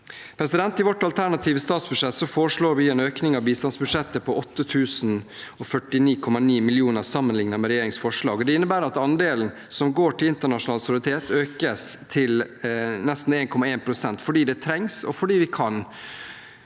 bare to år. I vårt alternative statsbudsjett foreslår vi en økning av bistandsbudsjettet på 8 049,9 mill. kr, sammenlignet med regjeringens forslag. Det innebærer at andelen som går til internasjonal solidaritet, økes til nesten 1,1 pst. – fordi det trengs, og fordi vi kan